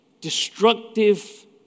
destructive